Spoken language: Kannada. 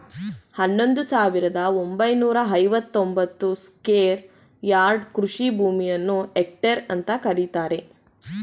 ಹನ್ನೊಂದು ಸಾವಿರದ ಒಂಬೈನೂರ ಐವತ್ತ ಒಂಬತ್ತು ಸ್ಕ್ವೇರ್ ಯಾರ್ಡ್ ಕೃಷಿ ಭೂಮಿಯನ್ನು ಹೆಕ್ಟೇರ್ ಅಂತ ಕರೀತಾರೆ